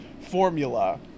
formula